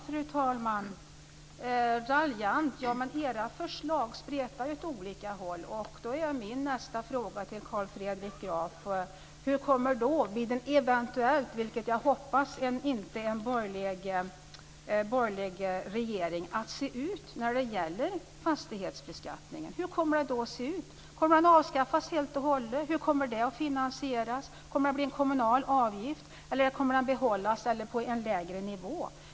Fru talman! Carl Fredrik Graf säger att jag lät raljant. Ja, men era förslag spretar ju åt olika håll. Då är min nästa fråga till Carl Fredrik Graf hur fastighetsbeskattningen kommer att se ut vid en eventuell borgerlig regering, vilket jag hoppas att det inte blir. Hur kommer det då att se ut? Kommer den att avskaffas helt och hållet? Hur kommer det att finansieras? Kommer det att bli en kommunal avgift, kommer den att behållas på samma nivå eller hamna på en lägre nivå?